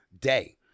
day